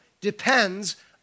depends